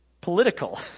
political